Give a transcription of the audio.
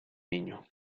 niño